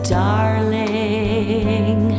darling